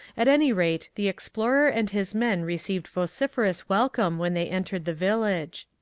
at any rate, the explorer and his men received vociferous welcome when they entered the village.